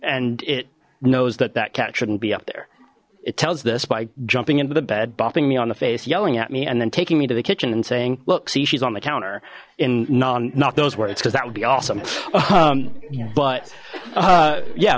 and it knows that that cat shouldn't be up there it tells this by jumping into the bed bopping me on the face yelling at me and then taking me to the kitchen and saying look see she's on the counter in non not those words because that would be awesome um but yeah